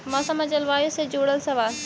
मौसम और जलवायु से जुड़ल सवाल?